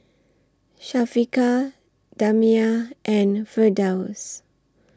Syafiqah Damia and Firdaus